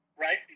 Right